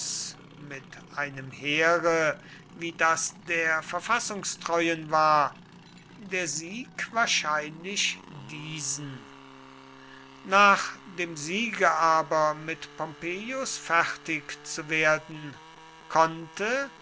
mit einem heere wie das der verfassungstreuen war der sieg wahrscheinlich diesen nach dem siege aber mit pompeius fertig zu werden konnte